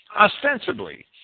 Ostensibly